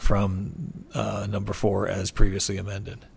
from number four as previously amended